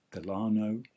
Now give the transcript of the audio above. Delano